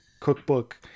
cookbook